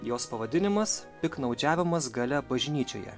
jos pavadinimas piktnaudžiavimas galia bažnyčioje